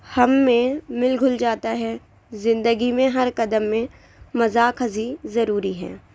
ہم میں مل گھل جاتا ہے زندگی میں ہر قدم میں مذاق ہنسی ضروری ہے